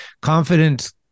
confidence